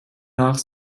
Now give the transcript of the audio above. nach